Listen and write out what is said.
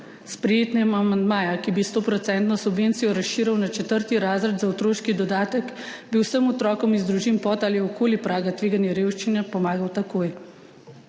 S sprejetjem amandmaja, ki bi 100 % subvencijo razširil na četrti razred za otroški dodatek, bi vsem otrokom iz družin pod ali okoli praga tveganja revščine pomagal takoj.